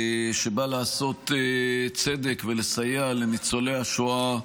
שבא לעשות צדק ולסייע לניצולי השואה,